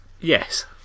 Yes